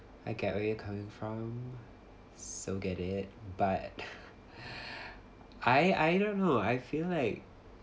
I get where you come from so get it but I I don't know I feel like